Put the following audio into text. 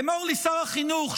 אמור לי שר החינוך,